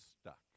stuck